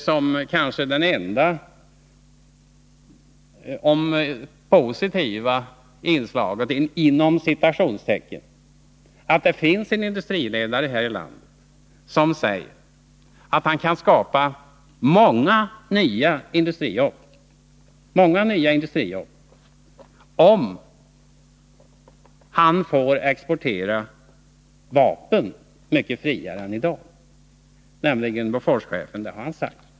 Som kanske enda ”positivt” inslag kan jag nämna att det finns en industriledare här i landet, Boforschefen, som säger att han kan skapa många nya industrijobb, om han får exportera vapen mycket friare än i dag.